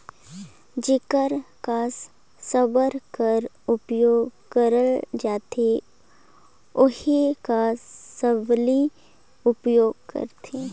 जेकर कस साबर कर उपियोग करल जाथे ओही कस सबली उपियोग करथे